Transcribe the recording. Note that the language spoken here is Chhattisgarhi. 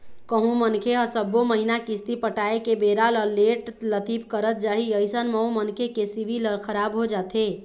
कहूँ मनखे ह सब्बो महिना किस्ती पटाय के बेरा ल लेट लतीफ करत जाही अइसन म ओ मनखे के सिविल ह खराब हो जाथे